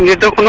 yeah the